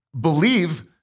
believe